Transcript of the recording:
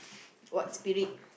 what spirit